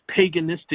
paganistic